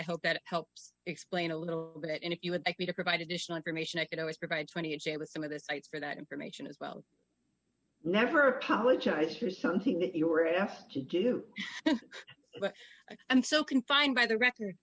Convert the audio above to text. i hope that helps explain a little bit and if you would like me to provide additional information i can always provide twenty or say with some of the sites for that information as well never apologize for something that you were have to do and so confined by the record